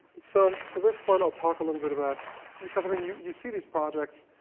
so, at this point i'll talk a little bit about because i mean you you see these projects,